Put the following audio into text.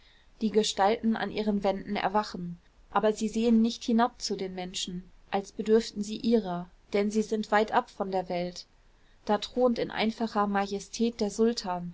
die gestalten an ihren wänden erwachen aber sie sehen nicht hinab zu den menschen als bedürften sie ihrer denn sie sind weitab von der welt da thront in einfacher majestät der sultan